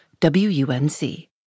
WUNC